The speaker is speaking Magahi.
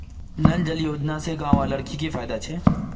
नल जल योजना से गाँव वालार की की फायदा छे?